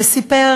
שסיפר